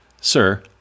sir